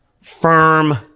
firm